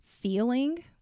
feeling